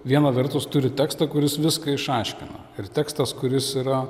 viena vertus turi tekstą kuris viską išaiškina ir tekstas kuris yra